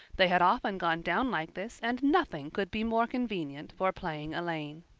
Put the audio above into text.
they had often gone down like this and nothing could be more convenient for playing elaine.